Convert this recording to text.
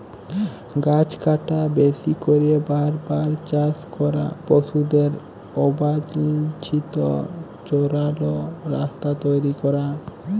গাহাচ কাটা, বেশি ক্যইরে বার বার চাষ ক্যরা, পশুদের অবাল্ছিত চরাল, রাস্তা তৈরি ক্যরা